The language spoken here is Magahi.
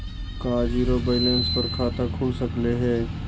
का जिरो बैलेंस पर खाता खुल सकले हे?